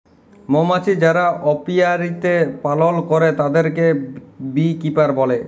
মমাছি যারা অপিয়ারীতে পালল করে তাদেরকে বী কিপার বলে